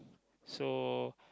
so